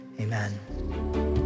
amen